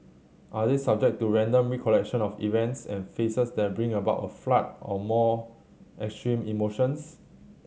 are they subject to random recollection of events and faces that bring about a flood of more extreme emotions